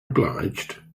obliged